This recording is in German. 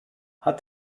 hat